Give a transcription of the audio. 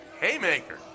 haymaker